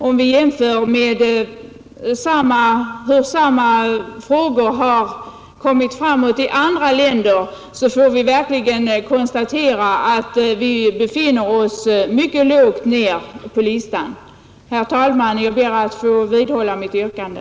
Om vi jämför med hur samma frågor har förts framåt i andra länder, kan vi konstatera att vi befinner oss mycket långt ner på listan. Herr talman! Jag ber att få vidhålla mitt yrkande.